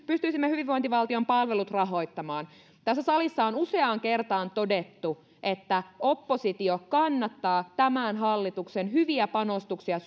pystyisimme hyvinvointivaltion palvelut rahoittamaan tässä salissa on useaan kertaan todettu että oppositio kannattaa tämän hallituksen hyviä panostuksia